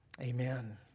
Amen